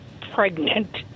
pregnant